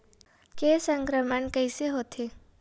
के संक्रमण कइसे होथे?